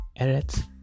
Eretz